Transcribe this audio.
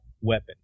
weapon